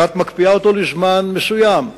שאת מקפיאה אותו לזמן מסוים.